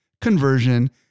conversion